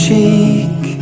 cheek